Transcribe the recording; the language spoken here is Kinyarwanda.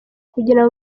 kugira